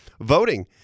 voting